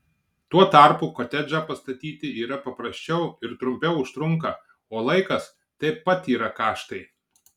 tuo tarpu kotedžą pastatyti yra paprasčiau ir trumpiau užtrunka o laikas taip pat yra kaštai